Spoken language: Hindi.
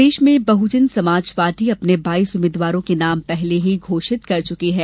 प्रदेश में बहुजन समाजपार्टी अपने बाइस उम्मीदवारों के नाम पहले ही घोषित कर चुकी है